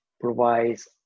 provides